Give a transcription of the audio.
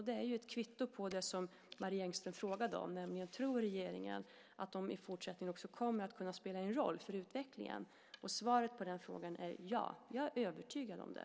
Det är ju ett kvitto på det Marie Engström frågade om: Tror regeringen att de också i fortsättningen kommer att kunna spela en roll för utvecklingen? Svaret på den frågan är ja. Jag är övertygad om det.